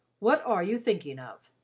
what are you thinking of?